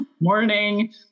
morning